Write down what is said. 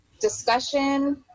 discussion